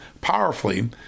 powerfully